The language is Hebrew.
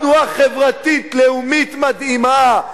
תנועה חברתית לאומית מדהימה,